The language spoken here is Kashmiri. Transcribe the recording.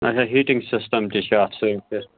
اَچھا ہیٖٹِنٛگ سِسٹَم تہِ چھ اَتھ سۭتۍ حظ